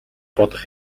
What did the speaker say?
бодох